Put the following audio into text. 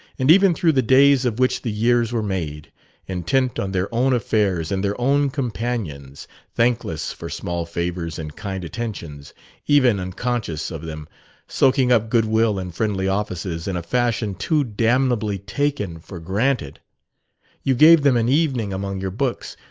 and even through the days of which the years were made intent on their own affairs and their own companions thankless for small favors and kind attentions even unconscious of them soaking up goodwill and friendly offices in a fashion too damnably taken-for-granted. you gave them an evening among your books,